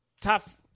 tough